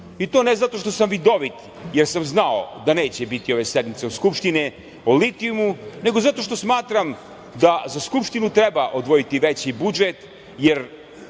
i to ne zato što sam vidovit, jer sam znao da neće biti ove sednice Skupštine o litijumu, nego zato što smatram da za Skupštinu treba odvojiti veći budžet, jer